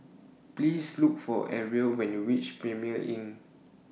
Please Look For Arvil when YOU REACH Premier Inn